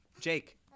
Jake